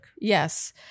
Yes